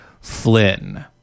Flynn